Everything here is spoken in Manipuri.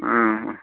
ꯎꯝ